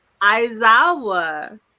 Aizawa